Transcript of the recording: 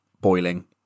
boiling